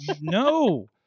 no